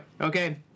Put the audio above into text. Okay